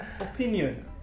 opinion